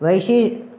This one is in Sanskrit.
वैशेषिकम्